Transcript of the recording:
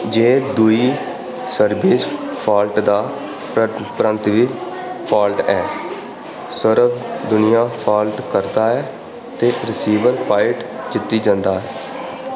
जे दूई service fault दा परैंत्त बी फाल्ट ऐ सर्व दुनिया फाल्ट करता ऐ ते रिसीवर पाइंट जित्ती जंदा ऐ